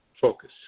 focus